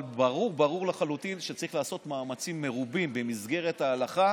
אבל ברור לחלוטין שצריכים לעשות מאמצים מרובים במסגרת ההלכה